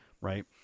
Right